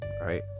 right